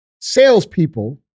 salespeople